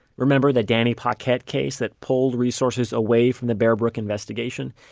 remember the danny paquette case that pulled resources away from the bear brook investigation?